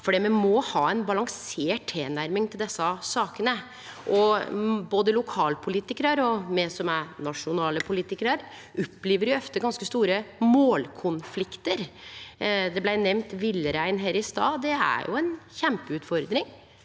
for me må ha ei balansert tilnærming til desse sakene. Både lokalpolitikarar og me, som er nasjonale politikarar, opplever ganske store målkonfliktar. Det blei nemnt villrein her i stad. Det er ei kjempeutfordring